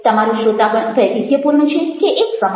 તમારો શ્રોતાગણ વૈવિધ્યપૂર્ણ છે કે એકસમાન